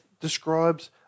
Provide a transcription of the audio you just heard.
describes